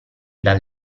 dal